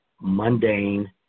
mundane